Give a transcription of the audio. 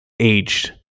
aged